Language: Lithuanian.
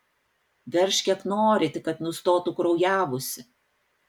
veržk kiek nori tik kad nustotų kraujavusi